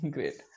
Great